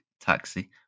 taxi